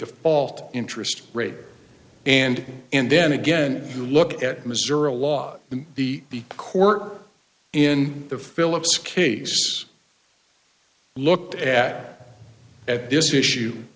default interest rate and and then again you look at missouri law and the court in the phillips case looked at at this issue